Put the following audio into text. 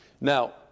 Now